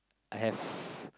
I have